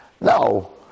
No